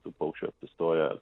tų paukščių apsistoja